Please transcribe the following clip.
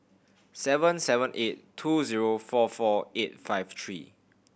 seven seven eight two zero four four eight five three